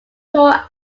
tour